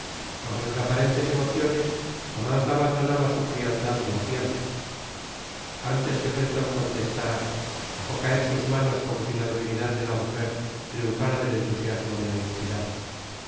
bajo sus aparentes emociones jamás la abandonaba su frialdad glacial antes que felton contestara dejó caer sus manos como si la debilidad de la mujer triunfara del entusiasmo de la inspirada